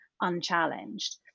unchallenged